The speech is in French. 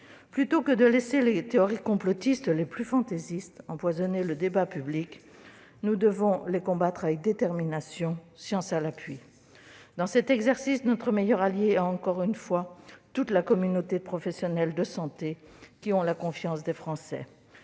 Plutôt que de laisser les théories complotistes les plus fantaisistes empoisonner le débat public, nous devons les combattre avec détermination, science à l'appui. Dans cet exercice, notre meilleur allié, une fois encore, est toute la communauté de professionnels en santé, qui a la confiance des Français.